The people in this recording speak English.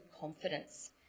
confidence